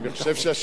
עם כל הכבוד,